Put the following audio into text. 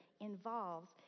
involves